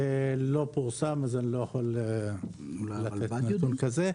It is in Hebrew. זה לא פורסם אז אני לא יכול לתת נתון כזה,